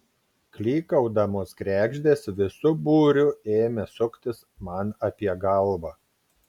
klykaudamos kregždės visu būriu ėmė suktis man apie galvą